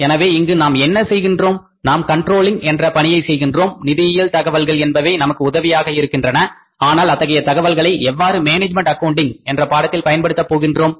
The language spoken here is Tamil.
எனவே இங்கு நாம் என்ன செய்கின்றோம் நாம் கண்ட்ரோலிங் என்ற பணியை செய்கின்றோம் நிதியியல் தகவல்கள் என்பவை நமக்கு உதவியாக இருக்கின்றன ஆனால் அத்தகைய தகவல்களை எவ்வாறு மேனேஜ்மென்ட் அக்கவுண்டிங் என்ற பாடத்தில் பயன்படுத்த போகின்றோம்